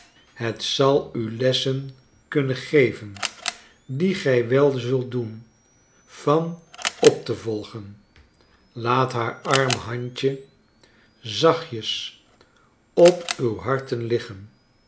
het zal u lessen kunnen geven die gij wel zult doen van op te volgen laat haar arm handje zachtjens op uw harten